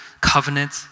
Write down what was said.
covenant